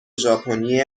ژاپنی